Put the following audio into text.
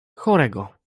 chorego